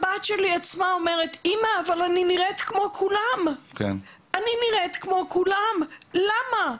הבת שלי בעצמה אומרת "אמא אני נראית כמו כולם" ושואלת למה.